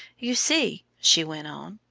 you see, she went on,